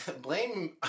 Blame